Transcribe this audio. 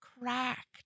cracked